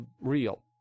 real